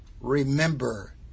Remember